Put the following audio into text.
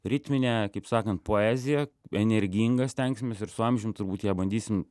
ritminę kaip sakant poeziją energingą stengsimės ir su amžium turbūt ją bandysim